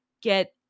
get